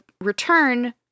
return